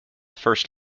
first